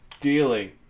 Dealing